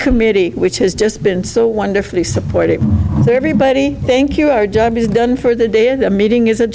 committee which has just been so wonderfully supportive everybody thank you our job is done for the day and the meeting is a